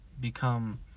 become